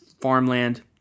farmland